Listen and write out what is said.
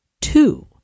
two